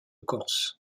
corse